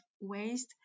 waste